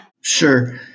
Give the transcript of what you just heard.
Sure